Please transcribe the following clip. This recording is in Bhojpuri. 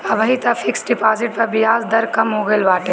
अबही तअ फिक्स डिपाजिट पअ बियाज दर कम हो गईल बाटे